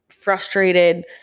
Frustrated